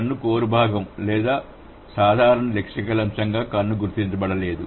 కన్ను కోర్ భాగం లేదా సాధారణ లెక్సికల్ అంశంగా కన్ను గుర్తించబడలేదు